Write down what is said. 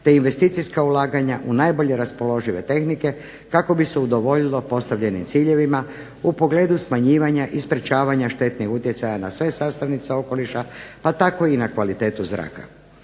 te investicijska ulaganja u najbolje raspoložive tehnike kako bi se udovoljilo postavljenim ciljevima u pogledu smanjivanja i sprečavanja štetnih utjecaja na sve sastavnice okoliša pa tako i na kvalitetu zraka.